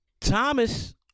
Thomas